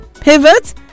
pivot